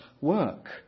work